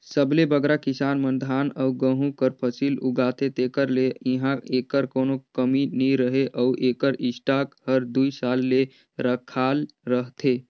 सबले बगरा किसान मन धान अउ गहूँ कर फसिल उगाथें तेकर ले इहां एकर कोनो कमी नी रहें अउ एकर स्टॉक हर दुई साल ले रखाल रहथे